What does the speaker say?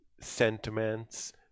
sentiments